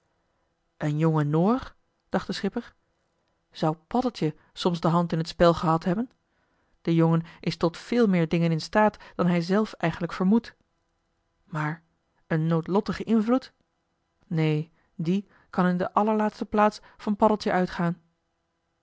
een jonge noor dacht de schipper zou paddeltje soms de hand in t spel gehad hebben de jongen is tot veel meer dingen in staat dan hij zelf eigenlijk vermoedt maar een noodlottige invloed neen die kan in de allerlaatste plaats van paddeltje uitgaan